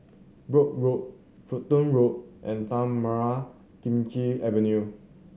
Brooke Road Fulton Road and Tanah Merah Kechil Avenue